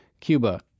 Cuba